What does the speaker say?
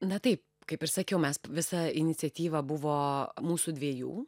na tai kaip ir sakiau mes visa iniciatyva buvo mūsų dviejų